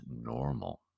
normal